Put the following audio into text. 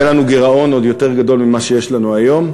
היה לנו גירעון עוד יותר גדול מזה שיש לנו היום,